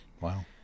wow